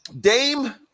dame